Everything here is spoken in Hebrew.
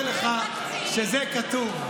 אני אומר לך שזה כתוב.